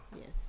Yes